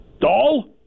Doll